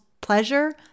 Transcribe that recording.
pleasure